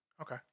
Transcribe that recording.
Okay